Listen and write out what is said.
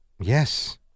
Yes